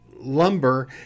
Lumber